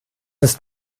ist